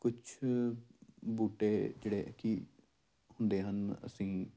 ਕੁਛ ਬੂਟੇ ਜਿਹੜੇ ਕਿ ਹੁੰਦੇ ਹਨ ਅਸੀਂ